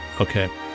Okay